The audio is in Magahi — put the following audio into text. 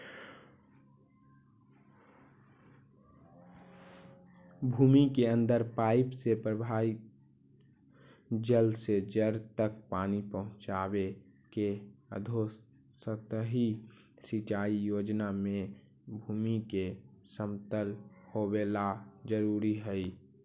भूमि के अंदर पाइप से प्रवाहित जल से जड़ तक पानी पहुँचावे के अधोसतही सिंचाई योजना में भूमि के समतल होवेला जरूरी हइ